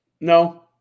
No